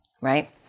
right